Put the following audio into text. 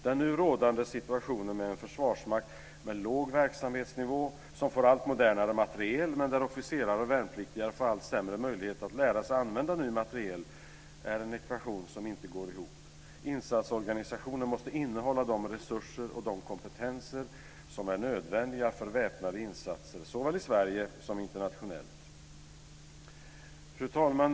Den nu rådande situationen med en försvarsmakt med låg verksamhetsnivå, som får allt modernare materiel men där officerare och värnpliktiga får allt sämre möjligheter att lära sig att använda ny materiel, är en ekvation som inte går ihop. Insatsorganisationen måste innehålla de resurser och de kompetenser som är nödvändiga för väpnade insatser såväl i Sverige som internationellt. Fru talman!